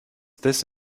this